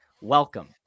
Welcome